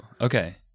okay